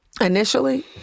initially